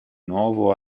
nuovo